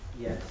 yes